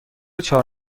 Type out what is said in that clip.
چهار